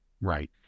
Right